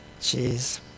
Jeez